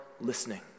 listening